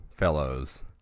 fellows